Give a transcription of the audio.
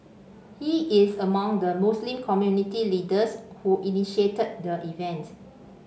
he is among the Muslim community leaders who initiated the event